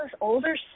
older